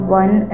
one